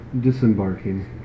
disembarking